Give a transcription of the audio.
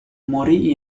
morì